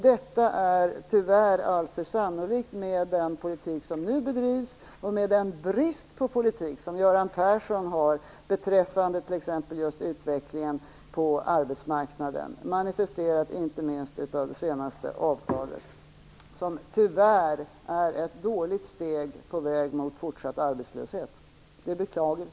Detta är tyvärr alltför sannolikt med den politik som nu bedrivs och med den brist på politik som Göran Person har beträffande t.ex. utvecklingen på arbetsmarknaden, manifesterad inte minst av det senaste avtalet, vilket tyvärr är ett dåligt steg på vägen mot fortsatt arbetslöshet. Det är beklagligt.